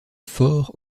fort